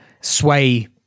sway